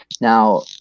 Now